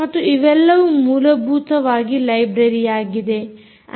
ಮತ್ತು ಇವೆಲ್ಲವೂ ಮೂಲಭೂತವಾಗಿ ಲೈಬ್ರರೀಯಾಗಿದೆ